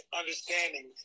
understanding